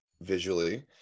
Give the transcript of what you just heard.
visually